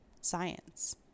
science